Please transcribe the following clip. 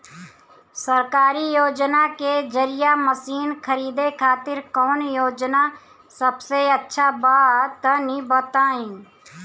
सरकारी योजना के जरिए मशीन खरीदे खातिर कौन योजना सबसे अच्छा बा तनि बताई?